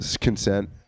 consent